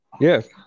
Yes